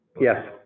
Yes